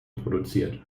produziert